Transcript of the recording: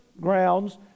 grounds